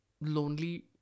lonely